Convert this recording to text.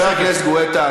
חבר הכנסת גואטה,